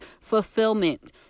fulfillment